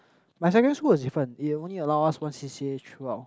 my secondary school was different it only allow us one c_c_a throughout